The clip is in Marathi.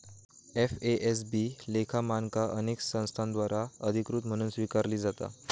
एफ.ए.एस.बी लेखा मानका अनेक संस्थांद्वारा अधिकृत म्हणून स्वीकारली जाता